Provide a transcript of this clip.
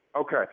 Okay